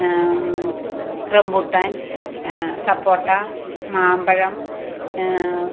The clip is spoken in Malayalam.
റെമ്പുട്ടാൻ സപ്പോട്ട മാമ്പഴം